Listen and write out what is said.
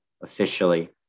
officially